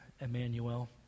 Emmanuel